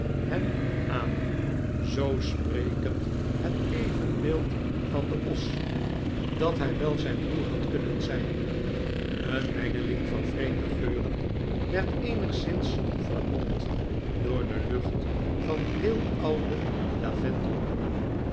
hem aan zoo sprekend het evenbeeld van den os dat hij wel zijn broer had kunnen zijn een mengeling van vreemde geuren werd eenigszins vermomd door de lucht van heel oude